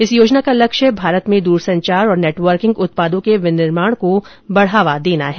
इस योजना का लक्ष्य भारत में दूरसंचार और नेटवर्किंग उत्पादों के विनिर्माण को बढावा देना है